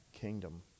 kingdom